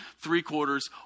three-quarters